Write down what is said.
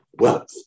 wealth